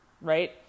right